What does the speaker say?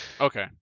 Okay